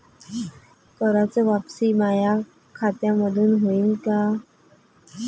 कराच वापसी माया खात्यामंधून होईन का?